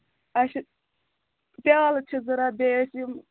اَچھا پیٛالہٕ چھِ ضروٗرت بیٚیہِ ٲسۍ یِم